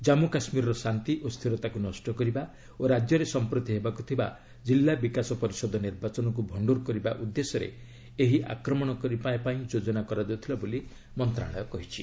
ଜାମ୍ମୁ କାଶ୍ମୀରର ଶାନ୍ତି ଓ ସ୍ଥିରତାକୁ ନଷ୍ଟ କରିବା ଓ ରାଜ୍ୟରେ ସମ୍ପ୍ରତି ହେବାକୁ ଥିବା ଜିଲ୍ଲା ବିକାଶ ପରିଷଦ ନିର୍ବାଚନକୁ ଭଣ୍ଟୁର କରିବା ଉଦ୍ଦେଶ୍ୟରେ ଏହି ଆକ୍ରମଣ ପାଇଁ ଯୋଜନା କରାଯାଉଥିଲା ବୋଲି ମନ୍ତ୍ରଣାଳୟ କହିଛି